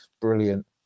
Brilliant